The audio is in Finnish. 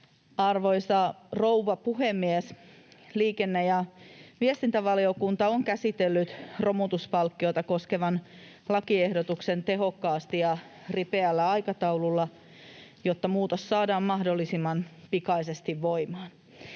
Arvoisa rouva puhemies! Liikenne- ja viestintävaliokunta on käsitellyt romutuspalkkiota koskevan lakiehdotuksen tehokkaasti ja ripeällä aikataululla, jotta muutos saadaan mahdollisimman pikaisesti voimaan.